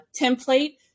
template